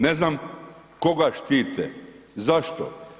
Ne znam koga štite, zašto?